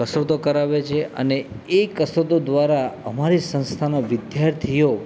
કસરતો કરાવે છે અને એ કસરતો દ્વારા અમારી સંસ્થાના વિદ્યાર્થીઓ